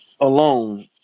alone